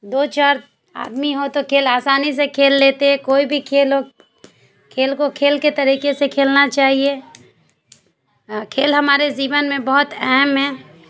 دو چار آدمی ہو تو کھیل آسانی سے کھیل لیتے ہیں کوئی بھی کھیل ہو کھیل کو کھیل کے طریقے سے کھیلنا چاہیے کھیل ہمارے زیون میں بہت اہم ہے